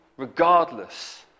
Regardless